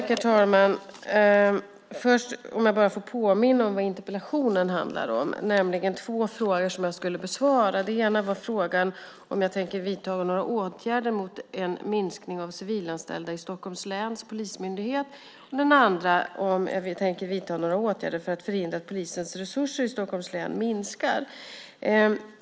Herr talman! Jag får kanske påminna om vad interpellationen handlar om. Den handlar om två frågor som jag skulle besvara. Den ena frågan är om jag tänker vidta åtgärder för att stoppa minskningen av antalet civilanställda i Stockholms läns polismyndighet. Den andra frågan är om jag tänker vidta åtgärder för att förhindra att polisens resurser i Stockholms län minskar.